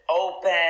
open